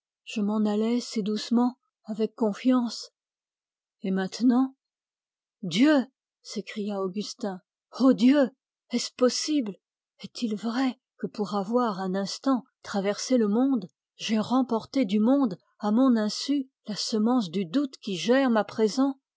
je m'en allais si doucement avec confiance et maintenant dieu s'écria augustin ô dieu est-ce possible est-il vrai que pour avoir un instant traversé le monde j'aie remporté du monde à mon insu la semence du doute qui germe à présent